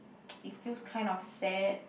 it feels kind of sad